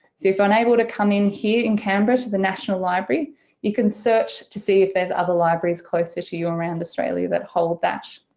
if unable to come in here in canberra to the national library you can search to see if there's other libraries closer to you around australia that hold that.